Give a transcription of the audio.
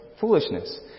foolishness